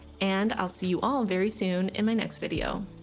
and i'll see you all very soon in my next video.